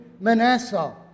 Manasseh